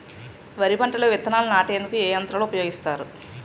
వరి పంటలో విత్తనాలు నాటేందుకు ఏ యంత్రాలు ఉపయోగిస్తారు?